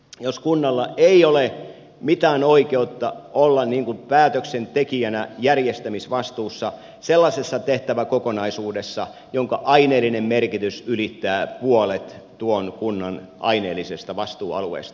jos kunnalla ei ole mitään oikeutta olla päätöksentekijänä järjestämisvastuussa sellaisessa tehtäväkokonaisuudessa jonka aineellinen merkitys ylittää puolet tuon kunnan aineellisesta vastuualueesta